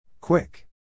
Quick